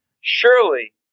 Surely